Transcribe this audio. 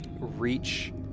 Reach